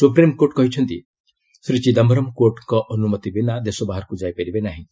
supreme court କହିଛନ୍ତି ଶ୍ରୀ ଚିଦାୟରମ୍ କୋର୍ଟଙ୍କ ଅନୁମତି ବିନା ଦେଶ ବାହାରକୁ ଯାଇପାରିବେ ନାହିଁ